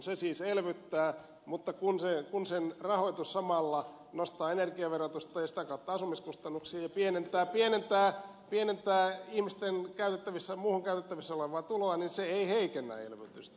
se siis elvyttää mutta kun sen rahoitus samalla nostaa energiaverotusta ja sitä kautta asumiskustannuksia ja pienentää ihmisten muuhun käytettävissä olevaa tuloa niin se ei heikennä elvytystä